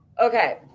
Okay